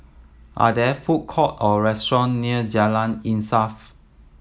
are there food court or restaurant near Jalan Insaf